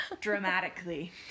dramatically